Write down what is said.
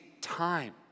time